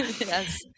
Yes